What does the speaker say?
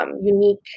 unique